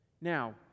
Now